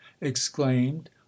exclaimed